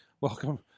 Welcome